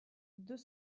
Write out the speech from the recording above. deux